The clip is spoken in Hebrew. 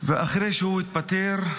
ואחרי שהוא התפטר,